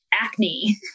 acne